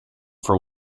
for